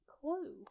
clue